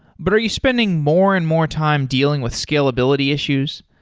but are you spending more and more time dealing with scalability issues?